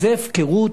זו הפקרות.